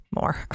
more